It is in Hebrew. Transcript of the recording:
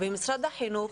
ומשרד החינוך,